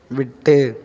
விட்டு